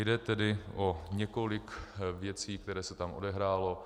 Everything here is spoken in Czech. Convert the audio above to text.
Jde tedy o několik věcí, které se tam odehrály.